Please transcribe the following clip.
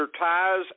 ties